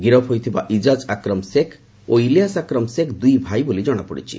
ଗିରଫ୍ ହୋଇଥିବା ଇଜାଜ୍ ଆକ୍ରମ ଶେଖ ଓ ଇଲିଆସ ଆକ୍ରମ ଶେଖ ଦୁଇ ଭାଇ ବୋଲି ଜଣାପଡ଼ିଛି